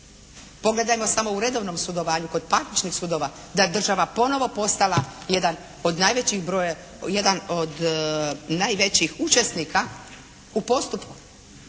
Pogledajmo samo u redovnom sudovanju kod parničnih sudova da je država ponovo postala jedan od najvećih brojeva, jedan